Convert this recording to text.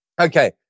okay